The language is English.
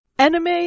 Anime